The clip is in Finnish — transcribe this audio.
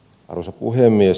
arvoisa puhemies